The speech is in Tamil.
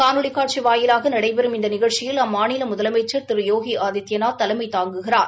காணொலி காட்சி வாயிலாக நடைபெறும் இந்த நிகழ்ச்சியில் அம்மாநில முதலமைச்சா் திரு யோகி ஆதித்யநாத் தலைமை தாங்குகிறார்